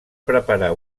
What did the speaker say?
preparar